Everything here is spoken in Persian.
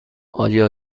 آیا